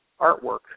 artwork